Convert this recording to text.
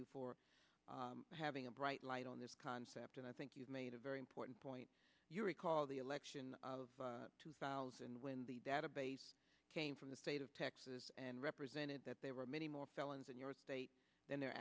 you for having a bright light on this concept and i think you've made a very important point you recall the election of two thousand when the database came from the state of texas and represented that they were many more felons in your state than the